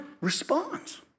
responds